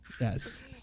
Yes